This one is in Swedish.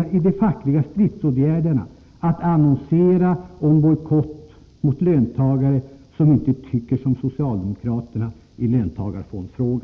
det i de fackliga stridsåtgärderna att annonsera om bojkott mot företagarna som inte tycker som socialdemokraterna i löntagarfondsfrågan?